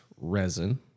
resin